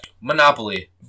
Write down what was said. Monopoly